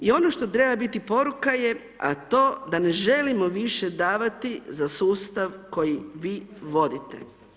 I ono što treba biti poruka, a to da ne želimo više davati za sustav koji vi vodite.